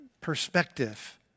perspective